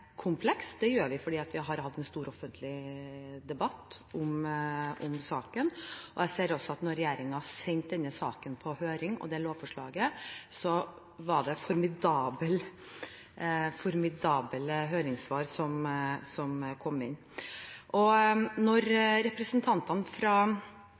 kompleks. Det gjør vi fordi vi har hatt en stor offentlig debatt om saken, og jeg ser også at da regjeringen sendte denne saken og det lovforslaget på høring, var det en formidabel mengde høringssvar som kom inn. Når representantene fra